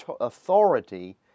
authority